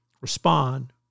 respond